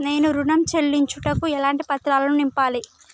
నేను ఋణం చెల్లించుటకు ఎలాంటి పత్రాలను నింపాలి?